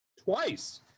Twice